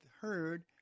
heard